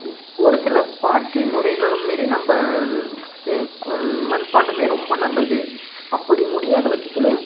ஒரு சில பாட்டி முறைகள் மாரி நம்ம மண் பாண்டமே ரொம்ப நல்லது அப்படி முடியாத பட்சத்துல